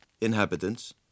inhabitants